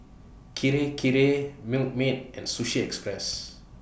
Kirei Kirei Milkmaid and Sushi Express